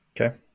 Okay